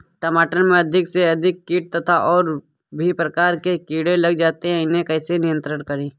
टमाटर में अधिक से अधिक कीट तथा और भी प्रकार के कीड़े लग जाते हैं इन्हें कैसे नियंत्रण करें?